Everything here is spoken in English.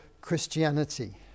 Christianity